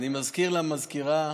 אני מזכיר למזכירה,